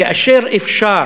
כאשר אפשר